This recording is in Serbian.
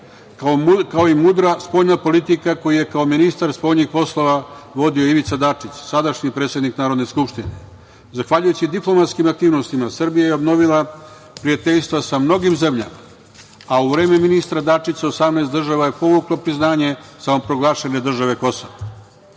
kao i mudra spoljna politika koju je kao ministar spoljnih poslova vodio Ivica Dačić, sadašnji predsednik Narodne skupštine. Zahvaljujući diplomatskim aktivnostima Srbija je obnovila prijateljstva sa mnogim zemljama, a u vreme ministra Dačića 18 država je povuklo priznanje samoproglašene države Kosovo. Srbija